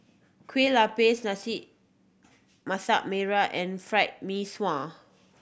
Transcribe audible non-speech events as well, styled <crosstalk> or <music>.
Kueh Lapis <unintelligible> Masak Merah and Fried Mee Sua